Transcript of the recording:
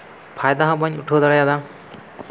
ᱯᱷᱟᱭᱫᱟ ᱦᱚᱸ ᱵᱟᱹᱧ ᱩᱴᱷᱟᱹᱣ ᱫᱟᱲᱮᱭᱟᱫᱟ